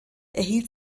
erhielt